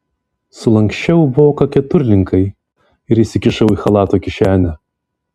sulanksčiau voką keturlinkai ir įsikišau į chalato kišenę